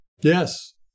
Yes